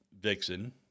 vixen